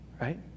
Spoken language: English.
right